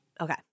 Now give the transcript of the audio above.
Okay